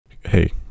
hey